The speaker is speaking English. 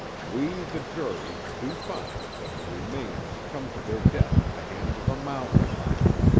we, the jury, do find that the remains come to their death at the hands of a mountain lion,